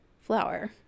flower